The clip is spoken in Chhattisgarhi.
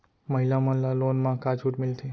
महिला मन ला लोन मा का छूट मिलथे?